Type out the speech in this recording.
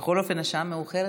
בכל אופן, השעה מאוחרת.